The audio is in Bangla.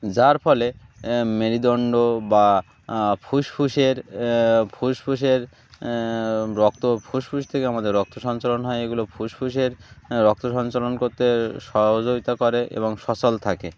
যার ফলে মেরুদণ্ড বা ফুসফুসের ফুসফুসের রক্ত ফুসফুস থেকে আমাদের রক্ত সঞ্চলন হয় এগুলো ফুসফুসের রক্ত সঞ্চলন করতে সহযোগিতা করে এবং সচল থাকে